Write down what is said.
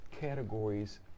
categories